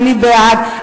אני בעד.